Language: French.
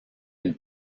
une